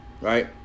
Right